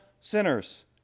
sinners